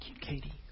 Katie